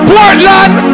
Portland